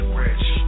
rich